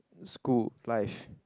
school life